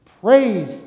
praise